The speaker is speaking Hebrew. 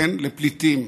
כן, לפליטים,